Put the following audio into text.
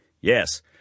Yes